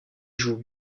joue